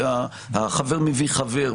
ה"חבר מביא חבר",